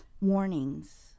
warnings